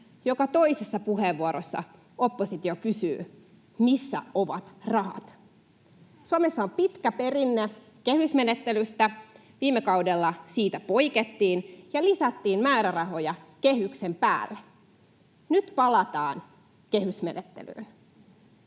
joka toisessa puheenvuorossa oppositio kysyy, missä ovat rahat. Suomessa on pitkä perinne kehysmenettelystä. Viime kaudella siitä poikettiin ja lisättiin määrärahoja kehyksen päälle. Nyt palataan kehysmenettelyyn.